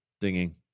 dinging